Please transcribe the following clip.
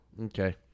Okay